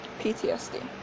PTSD